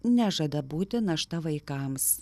nežada būti našta vaikams